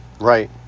Right